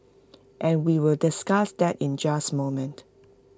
and we will discuss that in just moment